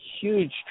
huge